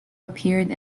appeared